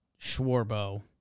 Schwarbo